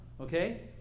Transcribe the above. okay